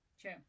True